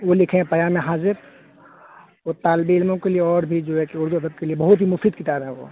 وہ لکھے ہیں پیام حاضر وہ طالب علموں کے لیے اور بھی جو ہے کہ اردو ادب کے لیے بہت ہی مفید کتاب ہے وہ